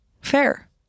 Fair